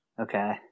okay